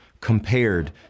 compared